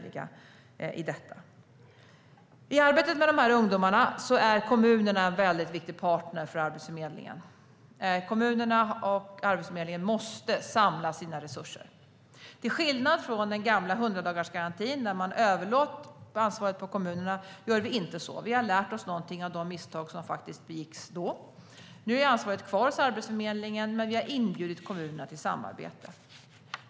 I arbetet med ungdomarna är kommunerna en mycket viktig partner till Arbetsförmedlingen. Kommunerna och Arbetsförmedlingen måste samla sina resurser. Till skillnad från den tidigare 100-dagarsgarantin, där man överlät ansvaret på kommunerna, gör vi inte så. Vi har lärt oss av de misstag som begicks. Ansvaret är kvar hos Arbetsförmedlingen, men vi har inbjudit kommunerna till samarbete.